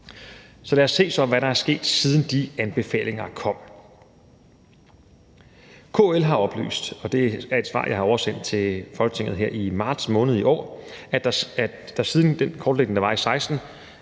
Lad os så se, hvad der er sket, siden de anbefalinger kom. KL har oplyst, og det er et svar, jeg har oversendt til Folketinget her i marts måned i år, at der siden den kortlægning, der var i 2016,